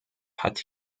hat